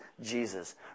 Jesus